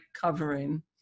covering